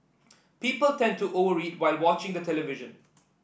people tend to over eat while watching the television